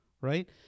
right